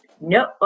No